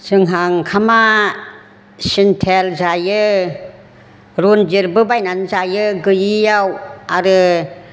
जोंहा ओंखामा सिन्थेल जायो रनजिथबो बायनानै जायो गैयैयाव आरो